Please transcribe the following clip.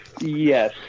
Yes